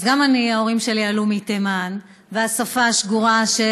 אז גם אני, ההורים שלי עלו מתימן, והשפה השגורה של